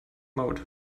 mode